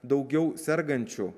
daugiau sergančių